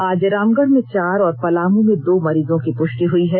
आज रामगढ़ में चार और पलामू में दो मरीजों की पुष्टि हुई है